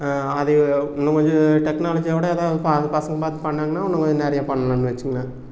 அது இன்னும் கொஞ்சம் டெக்னாலஜியோடய எதாவது பசங்க பார்த்து பண்ணாங்கன்னா இன்னும் கொஞ்சம் நிறையா பண்ணலான்னு வச்சுக்கோங்க